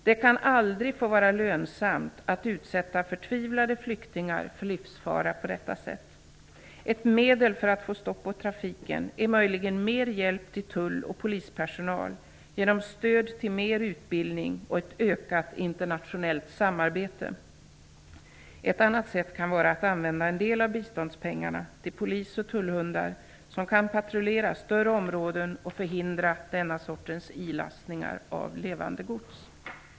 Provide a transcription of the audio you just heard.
Det kan aldrig få vara lönsamt att utsätta förtvivlade flyktingar för livsfara på detta sätt. Ett medel för att få stopp på trafiken kan möjligen vara mer hjälp till tull och polispersonal genom stöd till mer utbildning och ett ökat internationellt samarbete. Ett annat sätt kan vara att använda en del av biståndspengarna till polis och tullhundar som kan patrullera större områden och förhindra denna sorts ilastning av levande gods.